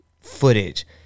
footage